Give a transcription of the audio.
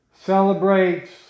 celebrates